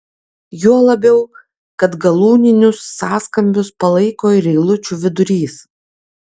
juo labiau kad galūninius sąskambius palaiko ir eilučių vidurys